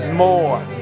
more